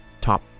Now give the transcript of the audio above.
top